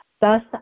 Thus